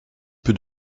peu